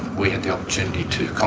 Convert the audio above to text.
we had the opportunity to